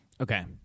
Okay